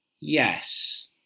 Yes